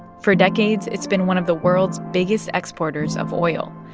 for decades, it's been one of the world's biggest exporters of oil.